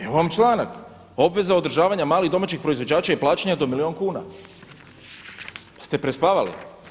Evo vam članak, obveza održava malih domaćih proizvođača i plaćanje do milijun kuna, pa ste prespavali.